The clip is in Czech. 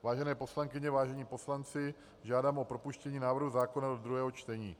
Vážené poslankyně, vážení poslanci, žádám o propuštění návrhu zákona do druhého čtení.